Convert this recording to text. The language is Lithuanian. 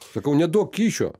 sakau neduok kyšio